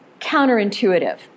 counterintuitive